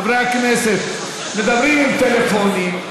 חברי כנסת מדברים, טלפונים,